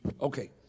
Okay